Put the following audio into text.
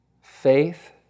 Faith